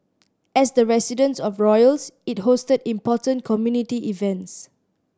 as the residence of royals it hosted important community events